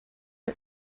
put